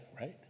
right